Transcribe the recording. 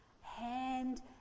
hand